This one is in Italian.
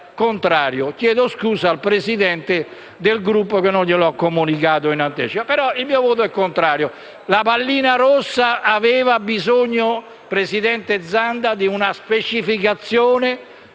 il mio voto sarà contrario. La pallina rossa aveva bisogno, presidente Zanda, di una specificazione.